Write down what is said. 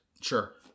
Sure